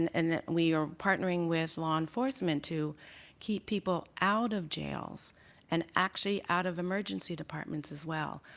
and and we are partnering with law enforcement to keep people out of jails and actually out of emergency departments as well.